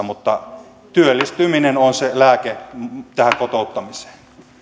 mutta työllistyminen on se lääke tähän kotouttamiseen